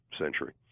century